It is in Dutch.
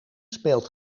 speelt